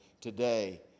today